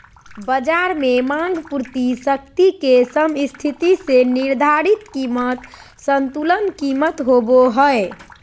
बज़ार में मांग पूर्ति शक्ति के समस्थिति से निर्धारित कीमत संतुलन कीमत होबो हइ